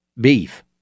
beef